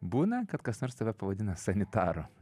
būna kad kas nors tave pavadina sanitaru